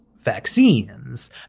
vaccines